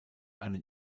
einen